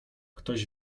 ktoś